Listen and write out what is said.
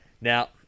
Now